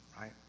Right